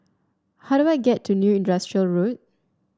how do I get to New Industrial Road